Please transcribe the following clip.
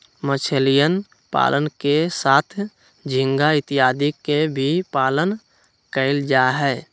मछलीयन पालन के साथ झींगा इत्यादि के भी पालन कइल जाहई